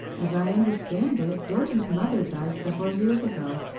as i understand it, dorothy's mother died several years ago.